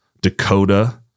Dakota